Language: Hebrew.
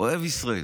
אוהב ישראל.